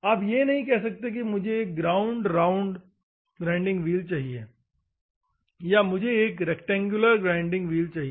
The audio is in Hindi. आप यह नहीं कह सकते हो कि मुझे एक ग्राउंड राउंड ग्राइंडिंग व्हील चाहिए मुझे एक रैक्टेंगुलर ग्राइंडिंग व्हील चाहिए